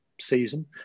season